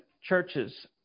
churches